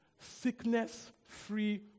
sickness-free